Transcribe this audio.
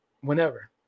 whenever